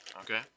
okay